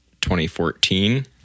2014